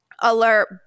alert